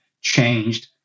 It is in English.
changed